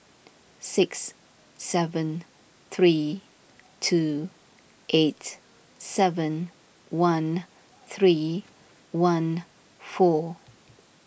six seven three two eight seven one three one four